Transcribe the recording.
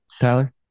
Tyler